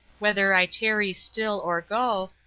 whether i tarry still or go,